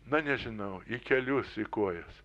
na nežinau į kelius į kojas